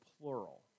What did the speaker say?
plural